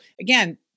again